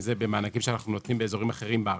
זה במענקים שאנחנו נותנים באזורים אחרים בארץ.